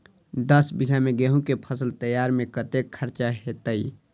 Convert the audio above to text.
दस बीघा मे गेंहूँ केँ फसल तैयार मे कतेक खर्चा हेतइ?